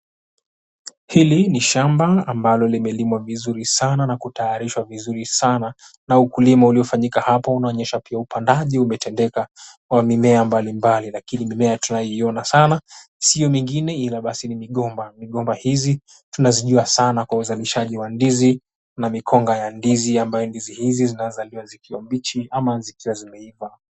Hili ni shamba ambalo limelimwa vizuri sana na kutayarishwa vizuri sana na ukulima uliofanyika hapo unaonyesha pia upandaji umetendeka wa mimea mbalimbali lakini mimea tunayoiona sana sio mingine ila basi ni migomba. Migomba hizi tunazijua sana kwa uzalishaji wa ndizi na mikonga ya ndizi ambayo ndizi hizi zinazaliwa zikiwa mbichi ama zikiwa zimeiva.